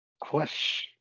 Question